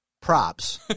props